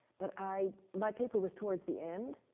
but i my paper was towards the end.